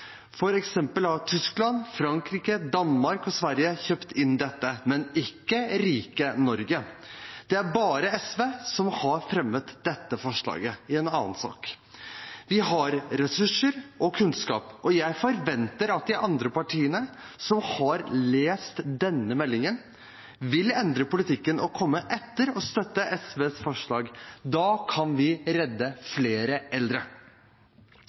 har Tyskland, Frankrike, Danmark og Sverige kjøpt inn dette – men ikke rike Norge. Det er bare SV som har fremmet dette forslaget i en annen sak. Vi har ressurser og kunnskap, og jeg forventer at de andre partiene som har lest denne meldingen, vil endre politikken og komme etter og støtte SVs forslag. Da kan vi redde flere eldre.